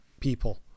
people